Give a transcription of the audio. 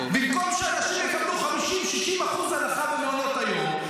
במקום שאנשים יקבלו 50% 60% הנחה במעונות היום,